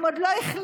הם עוד לא החלימו.